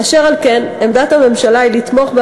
סוגי הכרטיסים והזכויות הנלוות להם,